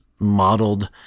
modeled